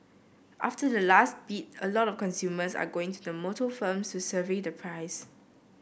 after the last bid a lot of consumers are going to the motor firms to survey the price